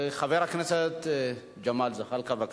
חבר הכנסת ג'מאל זחאלקה, בבקשה.